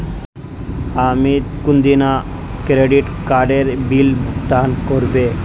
अमित कुंदिना क्रेडिट काडेर बिल भुगतान करबे